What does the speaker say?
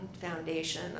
foundation